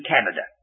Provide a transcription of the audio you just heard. Canada